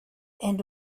and